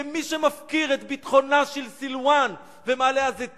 מי שמפקיר את ביטחונן של סילואן ומעלה-הזיתים